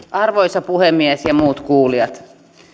arvoisa puhemies ja muut kuulijat edustaja